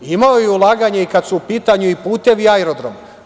Imao je ulaganja i kad su u pitanju i putevi i aerodromi.